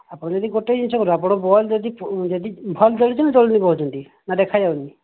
ଆପଣ ଯଦି ଗୋଟେ ଜିନିଷ କରିବେ ଆପଣ ବଲ୍ବ୍ ଯଦି ଯଦି ଭଲ୍ ଜଳୁଛି ନା ଜଳୁନି କହୁଛନ୍ତି ନା ଦେଖଯାଉନି